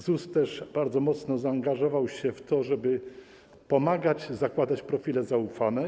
ZUS też bardzo mocno zaangażował się w to, żeby pomagać, zakładać profile zaufane.